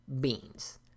beans